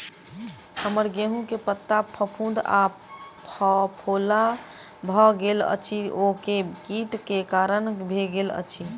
हम्मर गेंहूँ केँ पत्ता पर फफूंद आ फफोला भऽ गेल अछि, ओ केँ कीट केँ कारण भेल अछि?